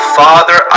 father